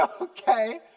Okay